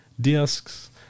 discs